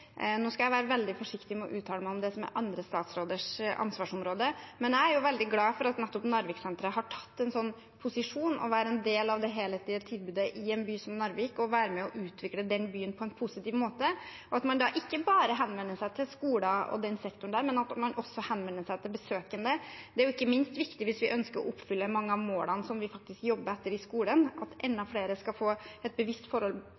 Nå skal jeg være veldig forsiktig med å uttale meg om det som er andre statsråders ansvarsområde, men jeg er veldig glad for at nettopp Narviksenteret har tatt en posisjon for å være en del av det helhetlige tilbudet i en by som Narvik, være med og utvikle den byen på en positiv måte, og at man ikke bare henvender seg til skoler og den sektoren, men også til besøkende. Det er ikke minst viktig hvis vi ønsker å oppfylle mange av målene som vi faktisk jobber etter i skolen – at enda flere skal få et bevisst forhold,